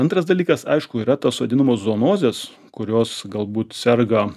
antras dalykas aišku yra tos vadinamos zonozės kurios galbūt serga